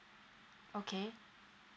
okay